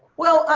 well,